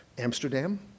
Amsterdam